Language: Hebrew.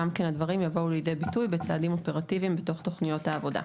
גם כן הדברים יבואו לידי ביטוי בצעדים אופרטיביים בתוך תוכניות העבודה.